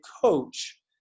coach